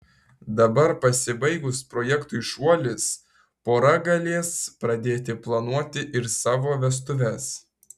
dabar pasibaigus projektui šuolis pora galės pradėti planuoti ir savo vestuves